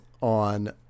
on